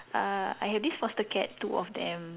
uh I have this foster cat two of them